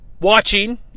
watching